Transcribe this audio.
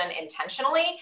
intentionally